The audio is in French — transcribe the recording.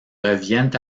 reviennent